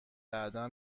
بعدا